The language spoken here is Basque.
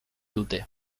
dute